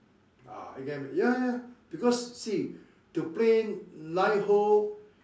ah you get what I mean ya ya because see to play nine hole